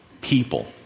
people